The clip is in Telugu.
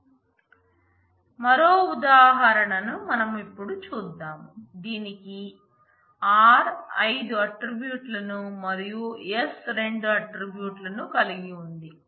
మరో ఉదాహరణను మనం ఇప్పుడు చూద్దాం దీనికి R ఐదు ఆట్రిబ్యూట్లను మరియు S రెండు ఆట్రిబ్యూట్లను కలిగి ఉంది